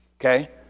Okay